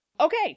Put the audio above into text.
Okay